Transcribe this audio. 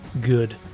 good